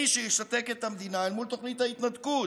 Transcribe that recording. שישתק את המדינה אל מול תוכנית ההתנתקות.